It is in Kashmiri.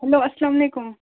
ہیٚلو اسلام علیکُم